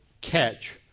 catch